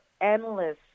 endless